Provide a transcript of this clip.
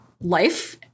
life